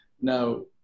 Now